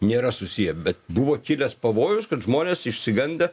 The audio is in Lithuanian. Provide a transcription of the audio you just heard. nėra susiję bet buvo kilęs pavojus kad žmonės išsigandę